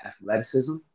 athleticism